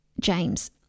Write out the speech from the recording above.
James